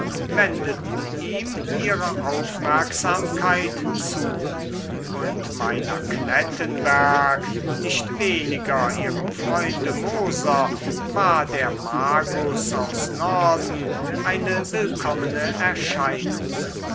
wendeten ihm ihre aufmerksamkeit zu und meiner klettenberg nicht weniger ihrem freunde moser war der magus aus norden eine willkommene erscheinung